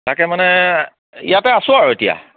তাকে মানে ইয়াতে আছোঁ আৰু এতিয়া